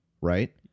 Right